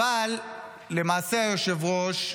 אבל למעשה, היושב-ראש,